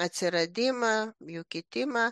atsiradimą jų kitimą